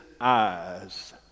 eyes